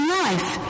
life